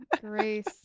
grace